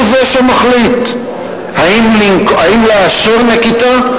הוא זה שמחליט אם לאשר נקיטה,